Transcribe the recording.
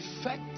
effect